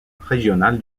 régional